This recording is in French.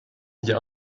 via